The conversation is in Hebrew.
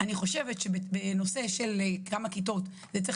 אני חושבת שבנושא של כמה כיתות זה צריך